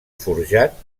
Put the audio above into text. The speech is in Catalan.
forjat